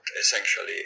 essentially